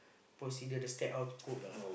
procedure the step how to cook lah